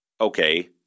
Okay